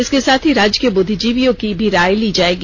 इसके साथ ही राज्य के बुद्धिजीविओं की भी राय ली जायेगी